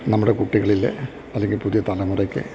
നമ്മുടെ കുട്ടികളില് അല്ലെങ്കില് പുതിയ തലമുറയ്ക്ക്